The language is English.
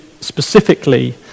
specifically